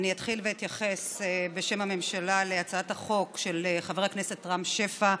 אני אתחיל ואתייחס בשם הממשלה להצעת החוק של חבר הכנסת רם שפע,